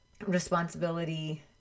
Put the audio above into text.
responsibility